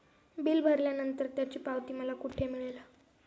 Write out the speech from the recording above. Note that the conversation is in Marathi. बिल भरल्यानंतर त्याची पावती मला कुठे मिळेल?